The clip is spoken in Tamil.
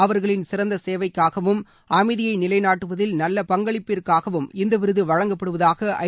அவர்களின் சிறந்த சேவைக்காகவும் அமைதியை நிலைநாட்டுவதில் நல்ல பங்களிப்புகாகவும் இந்த விருது வழங்கப்படுவதாக ஐ